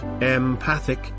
empathic